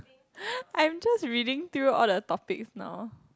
I'm just reading through all the topics now